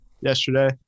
yesterday